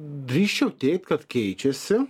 drįsčiau teigt kad keičiasi